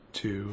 two